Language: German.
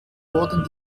wurden